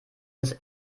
des